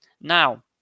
Now